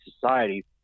society